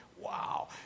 wow